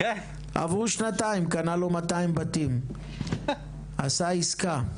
עברו שנתיים קנה לו 200 בתים, עשה עסקה.